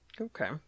Okay